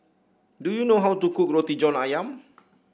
do you know how to cook Roti John ayam